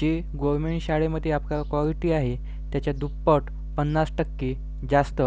जे गोवमेंट शाळेमध्ये आपल्याला कॉविटी आहे त्याच्या दुप्पट पन्नास टक्के जास्त